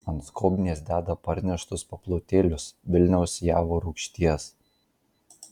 ant skobnies deda parneštus paplotėlius vilniaus javo rūgšties